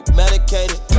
medicated